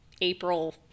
april